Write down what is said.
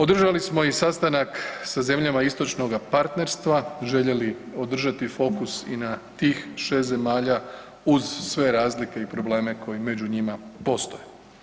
Održali smo i sastanak sa zemljama istočnoga partnerstva, željeli održati fokus i na tih 6 zemalja uz sve razlike i probleme koji među njima postoje.